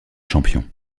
champions